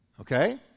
okay